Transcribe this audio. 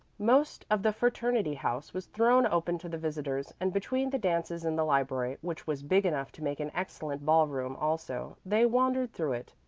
most of the fraternity house was thrown open to the visitors, and between the dances in the library, which was big enough to make an excellent ball-room also, they wandered through it,